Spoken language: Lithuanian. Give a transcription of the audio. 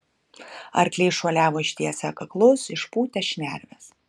arkliai šuoliavo ištiesę kaklus išpūtę šnerves